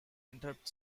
interpret